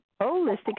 holistic